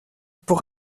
pour